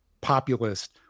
populist